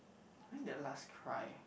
when did I last cry